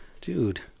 Dude